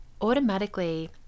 automatically